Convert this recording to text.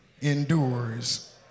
endures